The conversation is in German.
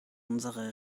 unsere